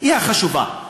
היא החשובה,